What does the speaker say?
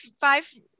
five